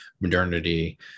modernity